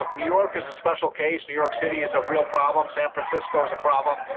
like new york is a special case. new york city is a real problem. san francisco is a problem.